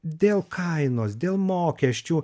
dėl kainos dėl mokesčių